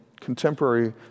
contemporary